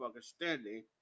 standing